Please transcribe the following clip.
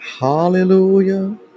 hallelujah